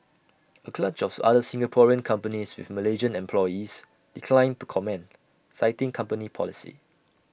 A clutch of other Singaporean companies with Malaysian employees declined to comment citing company policy